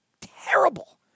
terrible